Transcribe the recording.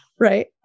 Right